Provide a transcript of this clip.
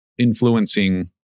influencing